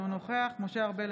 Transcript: אינו נוכח משה ארבל,